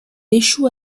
échoue